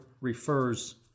refers